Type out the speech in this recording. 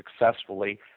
successfully